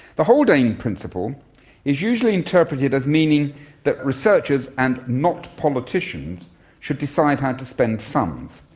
the haldane principle is usually interpreted as meaning that researchers and not politicians should decide how to spend funds.